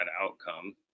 outcome